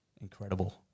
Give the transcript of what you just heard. incredible